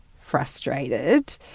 frustrated